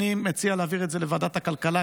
אני מציע להעביר את זה לוועדת הכלכלה,